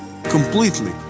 completely